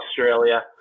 Australia